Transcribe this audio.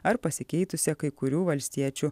ar pasikeitusia kai kurių valstiečių